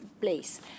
place